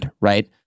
right